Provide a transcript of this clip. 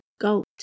goat